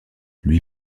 lui